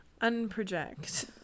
unproject